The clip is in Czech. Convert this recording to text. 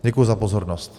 Děkuji za pozornost.